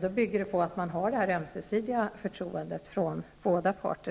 Det bygger på ett ömsesidigt förtroende från båda parter.